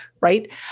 right